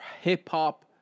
hip-hop